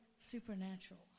supernatural